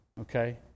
okay